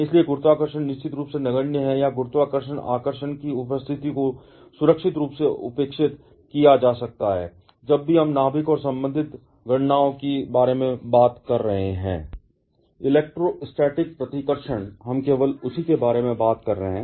इसलिए गुरुत्वाकर्षण निश्चित रूप से नगण्य है या गुरुत्वाकर्षण आकर्षण की उपस्थिति को सुरक्षित रूप से उपेक्षित किया जा सकता है जब भी हम नाभिक और संबंधित गणनाओं के बारे में बात कर रहे हैं इलेक्ट्रोस्टैटिक प्रतिकर्षण हम केवल उसी के बारे में बात कर रहे हैं